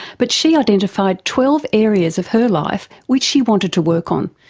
but she identified twelve areas of her life which she wanted to work on.